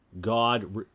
God